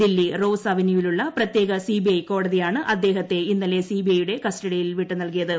Delhi Rouse അവന്യൂവിലുള്ള പ്രത്യേക CBI കോടതിയാണ് അദ്ദേഹത്തെ ഇന്നലെ സിബിഐയുടെ കസ്റ്റഡിയിൽ വിട്ടു നൽകിയത്